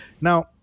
Now